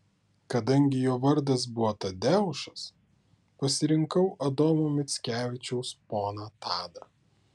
kadangi jo vardas buvo tadeušas pasirinkau adomo mickevičiaus poną tadą